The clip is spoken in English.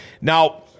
now